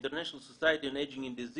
ה- International Society on Aging and Disease